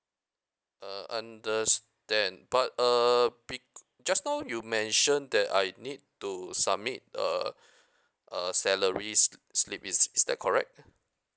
uh understand but err bec~ just now you mention that I need to submit a a salary sl~ slip is is that correct